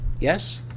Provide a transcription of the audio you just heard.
Yes